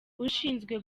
ushinzwe